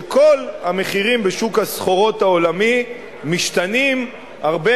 שכל המחירים בשוק הסחורות העולמי משתנים הרבה